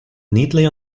neatly